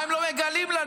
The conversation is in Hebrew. מה הם לא מגלים לנו,